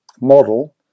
model